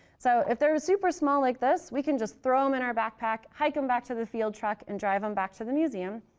so if they're super small like this, we can just throw them in our backpack, hike them back to the field truck and drive them back to the museum.